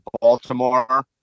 Baltimore